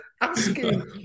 Asking